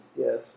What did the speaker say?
Yes